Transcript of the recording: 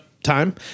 Time